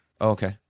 okay